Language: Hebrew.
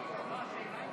מה זה?